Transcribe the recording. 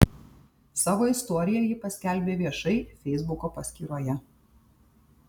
savo istoriją ji paskelbė viešai feisbuko paskyroje